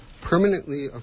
permanently